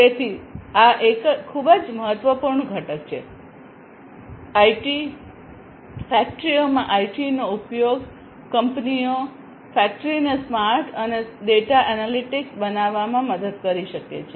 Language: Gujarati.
તેથી આ એક ખૂબ જ મહત્વપૂર્ણ ઘટક છે આઇટી ફેક્ટરીઓમાં આઇટીનો ઉપયોગ કંપનીઓ ફેક્ટરીને સ્માર્ટ અને ડેટા એનાલિટિક્સ બનાવવામાં મદદ કરી શકે છે